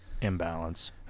Imbalance